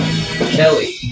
Kelly